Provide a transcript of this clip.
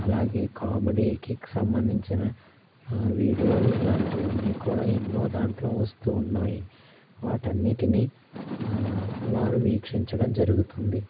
ఆలాగే ఆ కామెడీకి సంబంధించిన వీడియోలు సినిమా విడియోలు ఇలాంటివన్నీ కూడా ఎన్నో దాంట్లో వస్తు ఉన్నాయి వాటన్నిటినీ వారు వీక్షించడం జరుగుతుంది